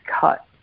cut